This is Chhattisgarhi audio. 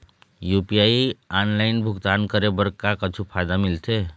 यू.पी.आई ऑनलाइन भुगतान करे बर का कुछू फायदा मिलथे?